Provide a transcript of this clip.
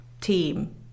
team